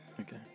Okay